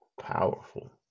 Powerful